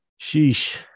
Sheesh